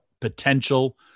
potential